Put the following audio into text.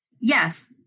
Yes